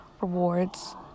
rewards